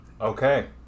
okay